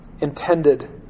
intended